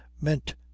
meant